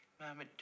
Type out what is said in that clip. Mama